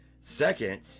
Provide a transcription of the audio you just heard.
Second